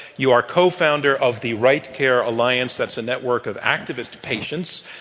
you are co-founder of the right care alliance. that's a network of activist patients,